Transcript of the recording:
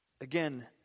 Again